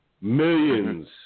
Millions